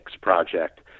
project